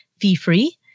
fee-free